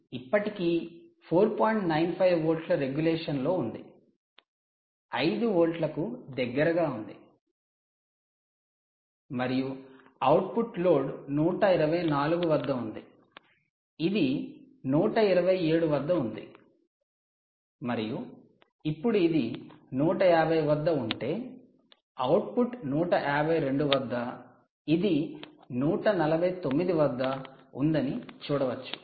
95 వోల్ట్ల రెగ్యులేషన్ లో ఉంది 5 వోల్ట్లకు దగ్గరగా ఉంది ఇది సెట్ చేయబడింది మరియు అవుట్పుట్ లోడ్ 124 వద్ద ఉంది ఇది 127 వద్ద ఉంది మరియు ఇప్పుడు ఇది 150 వద్ద ఉంటే అవుట్పుట్ 152 వద్ద ఇది 149 వద్ద ఉందని చూడవచ్చు